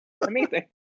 Amazing